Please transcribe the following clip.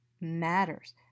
matters